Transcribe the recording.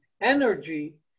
energy